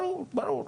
ברור.